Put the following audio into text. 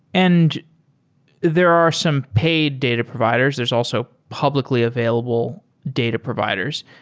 and there are some paid data providers. there're also publicly available data providers.